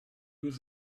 was